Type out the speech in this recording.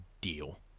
deal